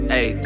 Hey